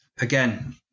Again